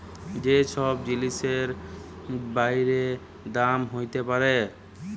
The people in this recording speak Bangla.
যে ছব জিলিসের বাইড়ে দাম হ্যইতে পারে